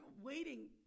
waiting